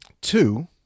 Two